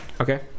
okay